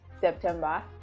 September